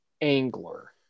angler